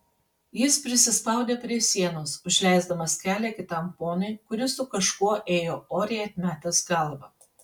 jis prisispaudė prie sienos užleisdamas kelią kitam ponui kuris su kažkuo ėjo oriai atmetęs galvą